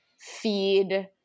feed